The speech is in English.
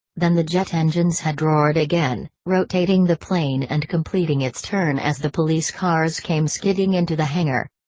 then the jet engines had roared again, rotating the plane and completing its turn as the police cars came skidding into the hangar.